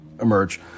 emerge